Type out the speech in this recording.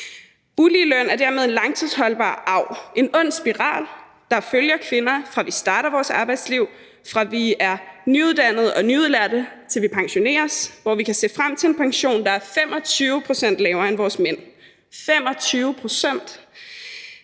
Uligeløn er dermed en langtidsholdbar arv, en ond spiral, der følger kvinder, fra vi starter på vores arbejdsliv, fra vi er nyuddannede og nyudlærte, til vi pensioneres, hvor vi kan se frem til en pension, der er 25 pct. lavere end vores mænds –